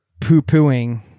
poo-pooing